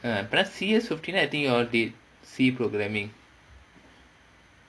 uh I think you all did C programming